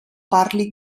parli